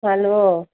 hello